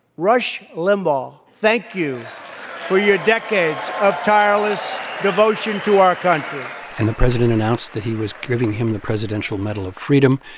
rush limbaugh, thank you for your decades of tireless devotion to our country and the president announced that he was giving him the presidential medal of freedom,